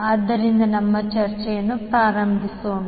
ಆದ್ದರಿಂದ ನಮ್ಮ ಚರ್ಚೆಯನ್ನು ಪ್ರಾರಂಭಿಸೋಣ